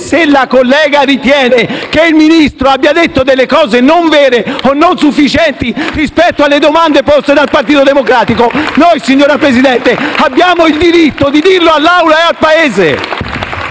Se la collega ritiene che il Ministro abbia detto delle cose non vere o non sufficienti rispetto alle domande poste dal Partito Democratico, signor Presidente, abbiamo il diritto di dirlo all'Assemblea e al Paese.